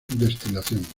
destilación